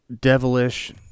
devilish